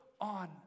on